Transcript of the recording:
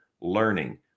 Learning